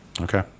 Okay